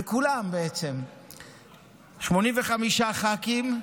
ובעצם כולם, 85 ח"כים,